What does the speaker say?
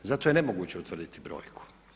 Zato je nemoguće utvrditi brojku.